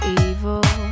evil